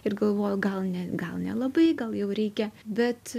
ir galvojau gal ne gal nelabai gal jau reikia bet